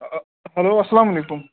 hello اَسلامُ علیکُم